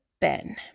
ben